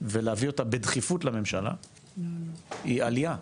ולהביא אותה בדחיפות לממשלה היא עלייה.